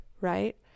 right